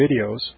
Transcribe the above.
videos